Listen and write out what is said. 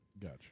Gotcha